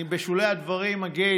בשולי הדברים אגיד,